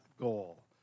goal